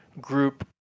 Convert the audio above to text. group